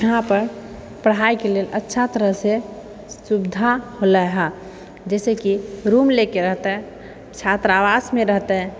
यहाँ पर पढ़ाइके लेल अच्छा तरहसँ सुविधा होलै हँ जैसे कि रूम लेके रहतै छात्रावासमे रहतै